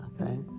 Okay